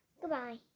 Goodbye